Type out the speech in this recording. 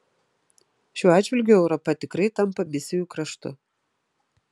šiuo atžvilgiu europa tikrai tampa misijų kraštu